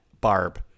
Barb